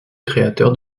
créateurs